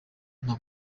nta